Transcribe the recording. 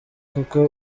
kuko